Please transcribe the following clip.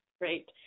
great